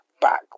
back